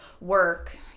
work